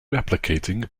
replicating